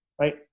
right